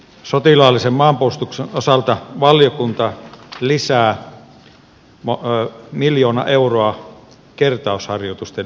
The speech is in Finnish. sotilaallisen maanpuolustuksen osalta valiokunta lisää miljoona euroa kertausharjoitusten lisäämiseen